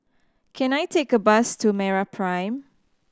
can I take a bus to MeraPrime